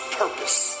purpose